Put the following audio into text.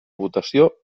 votació